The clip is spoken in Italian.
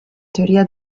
teoria